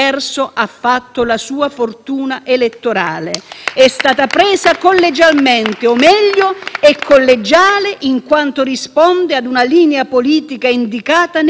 è collegiale in quanto risponde ad una linea politica indicata nel contratto e dunque lei non è perseguibile perché ha difeso il superiore interesse nazionale.